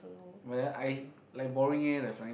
well i like boring eh the flying fox